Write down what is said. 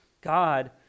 God